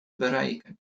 bereiken